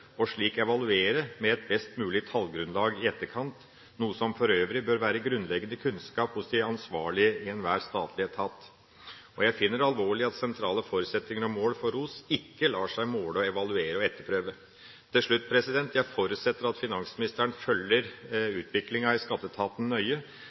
evaluere med et best mulig tallgrunnlag i etterkant, noe som for øvrig bør være grunnleggende kunnskap hos de ansvarlige i enhver statlig etat. Jeg finner det alvorlig at sentrale forutsetninger om mål for ROS ikke lar seg måle, evaluere og etterprøve. Til slutt: Jeg forutsetter at finansministeren følger